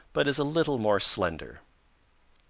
but is a little more slender.